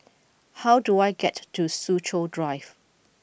how do I get to Soo Chow Drive